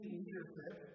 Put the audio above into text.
leadership